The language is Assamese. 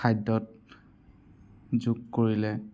খাদ্যত যোগ কৰিলে